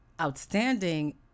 outstanding